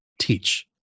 teach